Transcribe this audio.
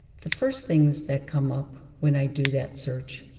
the first things that come up when i do that search,